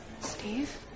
Steve